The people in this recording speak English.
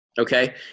okay